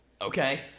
Okay